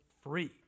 free